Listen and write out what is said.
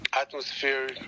atmosphere